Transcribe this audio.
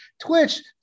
Twitch